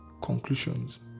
conclusions